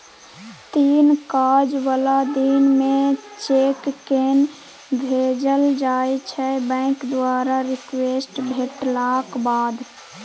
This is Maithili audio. तीन काज बला दिन मे चेककेँ भेजल जाइ छै बैंक द्वारा रिक्वेस्ट भेटलाक बाद